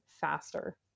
faster